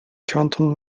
könnten